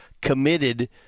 committed